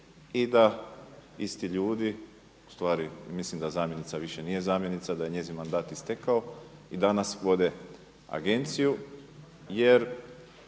i da isti ljudi ustvari da zamjenica više nije zamjenica da je njezin mandat istekao i danas vode Agenciju jer